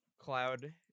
cloud